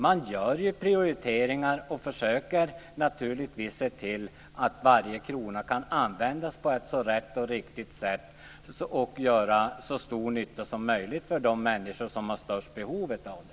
Man gör ju prioriteringar och försöker naturligtvis se till att varje krona kan användas så rätt och riktigt och göra så stor nytta som möjligt när det gäller de människor som har största behovet av det.